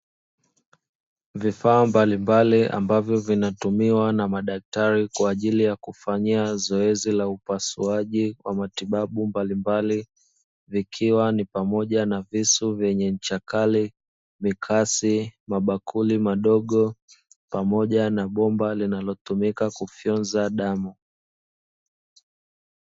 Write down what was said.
Vifaa mbalimbali ambavyo vinatumiwa na madaktari kwa ajili ya kufanyia zoezi la upasuaji kwa matibabu mbalimbali, vikiwa ni pamoja na: visu vyenye ncha kali, mikasi, mabakuli madogo pamoja na bomba linalotumika kufyonza damu.